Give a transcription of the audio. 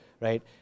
right